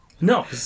No